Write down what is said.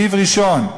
סעיף ראשון: